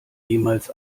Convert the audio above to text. jemals